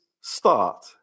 start